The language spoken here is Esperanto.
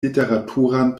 literaturan